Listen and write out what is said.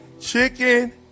Chicken